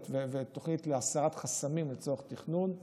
ותוכנית להסרת חסמים לצורך תכנון ולצורך,